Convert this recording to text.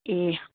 ए